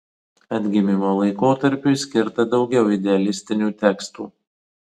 atgimimo laikotarpiui skirta daugiau idealistinių tekstų